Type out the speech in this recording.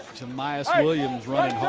jamyest ah williams running